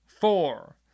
Four